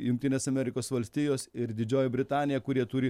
jungtinės amerikos valstijos ir didžioji britanija kurie turi